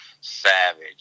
Savage